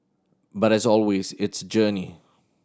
but as always it's journey